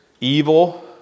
evil